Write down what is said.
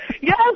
Yes